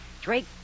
Drake